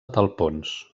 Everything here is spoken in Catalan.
talpons